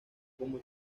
como